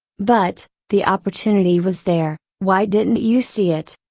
but, the opportunity was there, why didn't you see it?